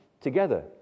together